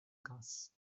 grasse